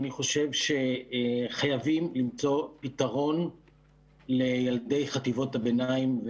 אני חושב שחייבים למצוא פתרון לילדי חטיבות הביניים.